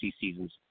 seasons